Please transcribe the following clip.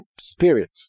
spirit